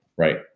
Right